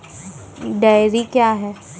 Dairy क्या हैं?